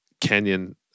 Kenyan